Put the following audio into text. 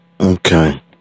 Okay